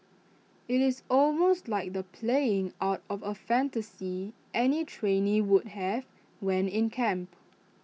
IT is almost like the playing out of A fantasy any trainee would have when in camp